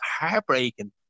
heartbreaking